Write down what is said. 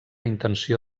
intenció